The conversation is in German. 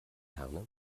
herne